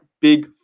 big